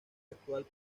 actual